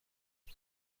heb